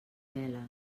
veles